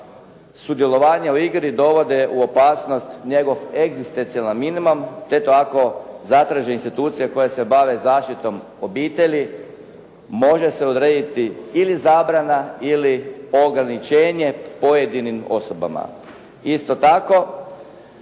sudjelovanja u igri dovode u opasnost njegov egzistencijalan minimum, te tako zatraže institucije koje se bave zaštitom obitelji može se odrediti ili zabrana ili ograničenje pojedinim osobama. Isto tako,